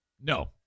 No